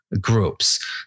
groups